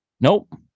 Nope